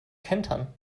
kentern